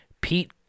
Pete